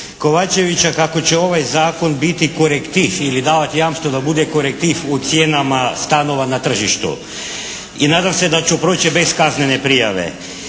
Kovačevića kako će ovaj zakon biti korektiv ili davati jamstvo da bude korektiv u cijenama stanova na tržištu. I nadam se da ću proći bez kaznene prijave.